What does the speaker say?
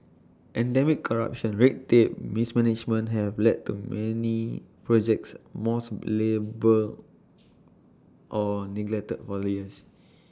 endemic corruption red tape mismanagement have left many projects or neglected for years